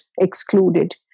excluded